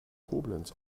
koblenz